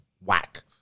whack